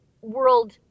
world